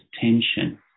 tension